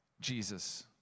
Jesus